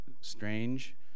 strange